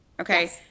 okay